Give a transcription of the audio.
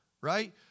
right